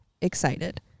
excited